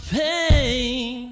pain